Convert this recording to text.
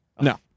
No